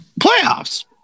Playoffs